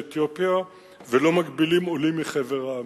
אתיופיה ולא מגבילים עולים מחבר המדינות.